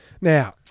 Now